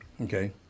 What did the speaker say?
Okay